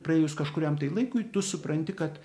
praėjus kažkuriam tai laikui tu supranti kad